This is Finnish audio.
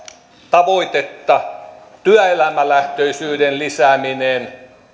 tavoitetta työelämälähtöisyyden lisääminen ja